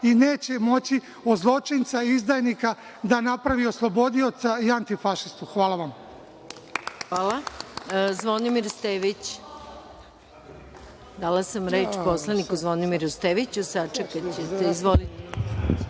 i neće moći od zločinca i izdajnika da napravi oslobodioca i antifašistu. Hvala vam.